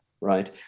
right